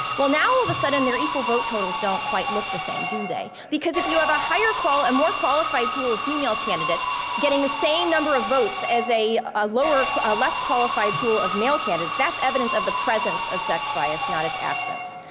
well, now all of sudden their equal vote totals don't quite look the same, do they? because if you have a higher and more qualified pool of female candidates getting the same number of votes as a a lower, a less qualified pool of male candidates, that's evidence of the presence of sex bias not its absence.